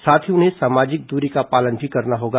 साथ ही उन्हें सामाजिक दूरी का पालन भी करना होगा